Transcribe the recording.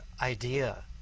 idea